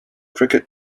cricket